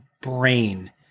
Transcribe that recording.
brain